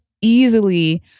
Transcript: easily